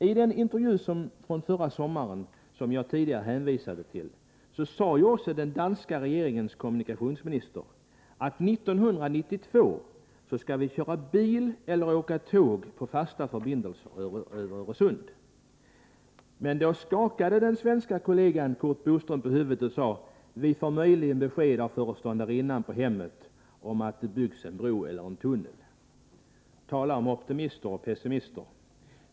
I intervjun från förra sommaren, som jag tidigare hänvisade till, sade också den danska regeringens kommunikationsminister att vi 1992 skall köra bil eller åka tåg på fasta förbindelser över Öresund. Men då skakade den svenska kollegan Curt Boström på huvudet och sade att vi möjligen får besked av föreståndarinnan på hemmet om att det byggs en bro eller en tunnel. — Tala om optimister och pessimister!